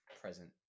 present